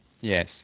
yes